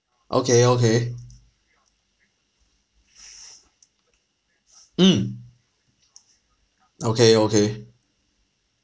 okay okay mm okay okay